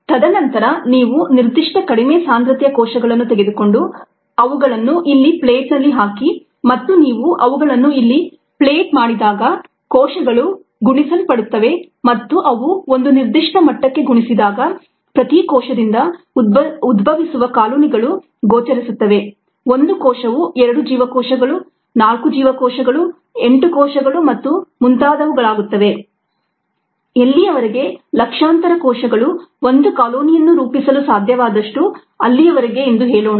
ತದನಂತರ ನೀವು ನಿರ್ದಿಷ್ಟ ಕಡಿಮೆ ಸಾಂದ್ರತೆಯ ಕೋಶಗಳನ್ನು ತೆಗೆದುಕೊಂಡು ಅವುಗಳನ್ನು ಇಲ್ಲಿ ಪ್ಲೇಟ್ ನಲ್ಲಿ ಹಾಕಿ ಮತ್ತು ನೀವು ಅವುಗಳನ್ನು ಇಲ್ಲಿ ಪ್ಲೇಟ್ ಮಾಡಿದಾಗ ಕೋಶಗಳು ಗುಣಿಸಲ್ಪಡುತ್ತವೆ ಮತ್ತು ಅವು ಒಂದು ನಿರ್ದಿಷ್ಟ ಮಟ್ಟಕ್ಕೆ ಗುಣಿಸಿದಾಗ ಪ್ರತಿ ಕೋಶದಿಂದ ಉದ್ಭವಿಸುವ ಕಾಲೊನಿಗಳು ಗೋಚರಿಸುತ್ತವೆ ಒಂದು ಕೋಶವು ಎರಡು ಜೀವಕೋಶಗಳು ನಾಲ್ಕು ಕೋಶಗಳು ಎಂಟು ಕೋಶಗಳು ಮತ್ತು ಮುಂತಾದವುಗಳಾಗುತ್ತವೆ ಎಲ್ಲಿಯವರೆಗೆ ಲಕ್ಷಾಂತರ ಕೋಶಗಳು ಒಂದು ಕಾಲೊನಿಯನ್ನು ರೂಪಿಸಲು ಸಾಧ್ಯವಾದಷ್ಟು ಅಲ್ಲಿಯವರೆಗೆ ಎಂದು ಹೇಳೋಣ